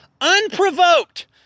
Unprovoked